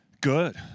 good